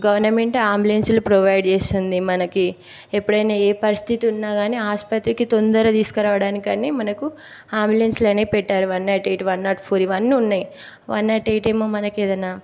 government అంబులెన్స్లు provide చేస్తుంది మనకి ఎప్పుడైనా ఏ పరిస్థితి ఉన్నా కానీ ఆసుపత్రికి తొందరగా తీసుకురావడానికి అని మనకు అంబులెన్స్లు అనేవి పెట్టారు one not eight one not four ఇవన్నీ ఉన్నాయి వన్ నాట్ ఎయిట్ ఏమో మనకి ఏదన్నా